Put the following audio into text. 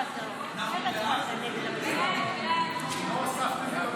תוספת תקציב לא נתקבלו.